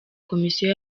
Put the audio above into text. komisiyo